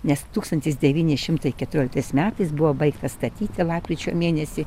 nes tūkstantis devyni šimtai keturioliktais metais buvo baigtas statyti lapkričio mėnesį